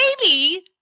baby